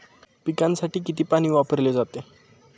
पिकांसाठी किती पाणी वापरले जाते?